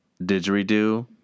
Didgeridoo